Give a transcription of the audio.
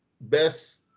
best